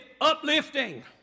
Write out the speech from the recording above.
uplifting